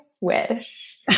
wish